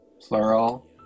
plural